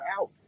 out